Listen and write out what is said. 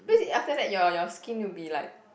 after that your your skin will be like